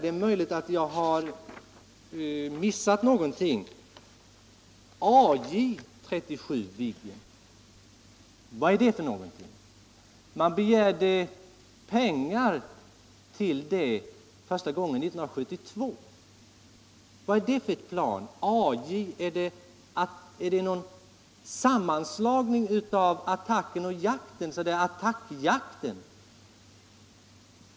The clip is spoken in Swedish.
Det är möjligt att jag har missat något, men AJ 37 Viggen — vad är det för ett plan? Man begärde pengar till det första gången 1972. Är det en sammanslagning av attacken och jakten, alltså attackjakten?